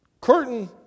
curtain